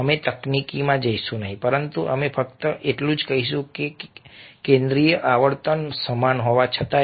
અમે તકનીકીમાં જઈશું નહીં પરંતુ અમે ફક્ત એટલું જ કહીશું કે કેન્દ્રિય આવર્તન સમાન હોવા છતાં